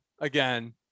again